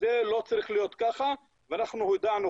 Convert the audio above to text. זה לא צריך להיות ככה ואנחנו הודענו,